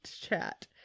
chat